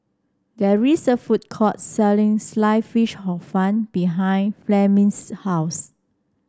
there is a food court selling slice fish Hor Fun behind Fleming's house